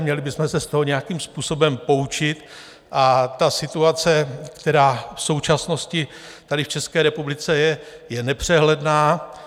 Měli bychom se z toho nějakým způsobem poučit a situace, která v současnosti tady v České republice je, je nepřehledná.